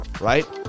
right